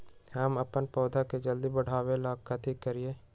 हम अपन पौधा के जल्दी बाढ़आवेला कथि करिए?